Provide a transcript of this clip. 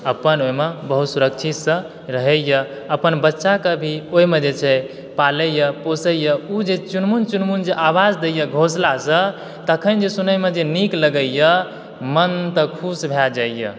अपन ओइमे बहत सुरक्षितसऽ रहैए अपन बच्चाकऽ भी ओइमे जे छै पालैए पोसैए ऊ जे चुनमुन चुनमुन जे आवाज दैए घोसलासऽ तखैन जे सुनैमे जे नीक लगैए मनतऽ खुश भए जाइए